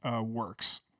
works